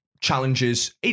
challenges